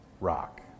rock